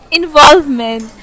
involvement